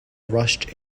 rushed